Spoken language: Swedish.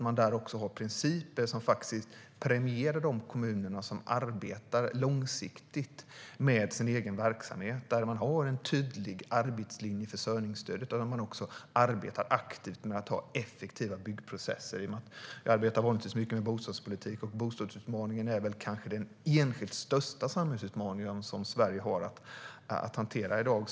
Man ska ha principer som premierar de kommuner som arbetar långsiktigt med sin egen verksamhet, har en tydlig arbetslinje i försörjningsstödet och arbetar aktivt med att ha effektiva byggprocesser. Jag arbetar vanligtvis mycket med bostadspolitik. Bostadsutmaningen är kanske den enskilt största samhällsutmaningen som Sverige har att hantera i dag.